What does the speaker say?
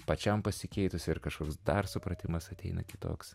pačiam pasikeitus ir kažkoks dar supratimas ateina kitoks